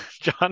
john